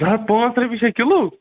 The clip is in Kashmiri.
زٕ ہتھ پانٛژھ رۄپیہِ چھا کِلوٗ